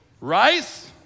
Rice